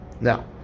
Now